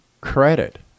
credit